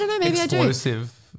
explosive